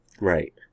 Right